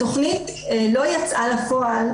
התוכנית לא יצאה לפועל,